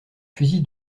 fusil